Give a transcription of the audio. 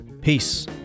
peace